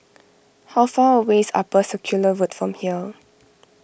how far away is Upper Circular Road from here